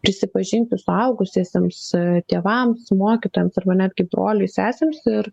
prisipažinti suaugusiesiems tėvams mokytojams arba netgi broliui sesėms ir